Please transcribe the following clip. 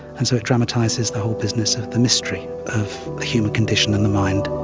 and so it dramatises the whole business of the mystery of the human condition and the mind.